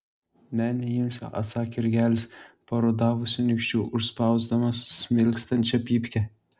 ne neimsiu atsakė jurgelis parudavusiu nykščiu užspausdamas smilkstančią pypkę